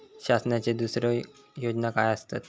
शासनाचो दुसरे योजना काय आसतत?